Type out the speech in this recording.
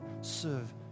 serve